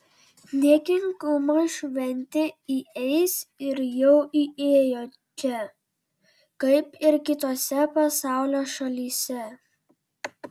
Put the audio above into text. dėkingumo šventė įeis ir jau įėjo čia kaip ir kitose pasaulio šalyse